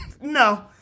no